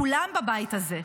כולם בבית הזה,